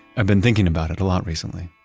i've been thinking about it a lot recently,